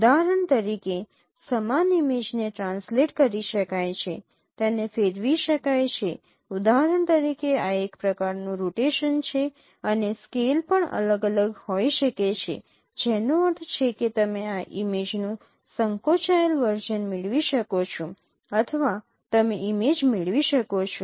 ઉદાહરણ તરીકે સમાન ઇમેજને ટ્રાન્સલેટ કરી શકાય છે તેને ફેરવી શકાય છે ઉદાહરણ તરીકે આ એક પ્રકારનું રોટેશન છે અને સ્કેલ પણ અલગ અલગ હોઈ શકે છે જેનો અર્થ છે કે તમે આ ઇમેજનું સંકોચાયેલ વર્ઝન મેળવી શકો છો અથવા તમે ઇમેજ મેળવી શકો છો